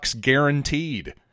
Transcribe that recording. guaranteed